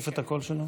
הוועדה, נתקבל.